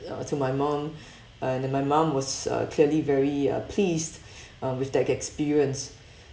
uh to my mum and my mum was uh clearly very uh pleased um with that experience